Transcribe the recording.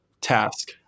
task